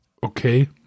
Okay